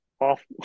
off